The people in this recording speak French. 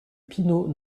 pinot